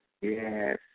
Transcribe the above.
Yes